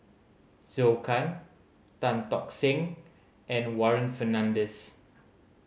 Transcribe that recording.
Zhou Can Tan Tock Seng and Warren Fernandez